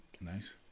Nice